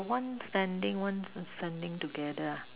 the one standing one standing together ah